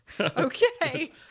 okay